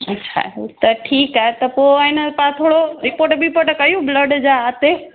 अच्छा हू त ठीकु आहे त पोइ आहे न तव्हां थोरो रिपोर्ट बिपोर्ट कयूं ब्लड जा हिते